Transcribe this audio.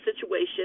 situation